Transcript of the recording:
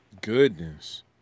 Goodness